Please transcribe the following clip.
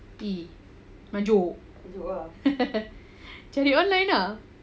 okay maju cari online ah